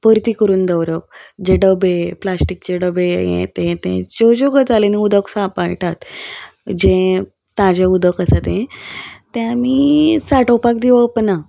परती करून दवरप जे डबे प्लास्टीकचे डबे हे ते ज्यो ज्यो गजालीन उदक सांबाळटात जे ताजे उदक आसा तें आमी साठोवपाक दिवप ना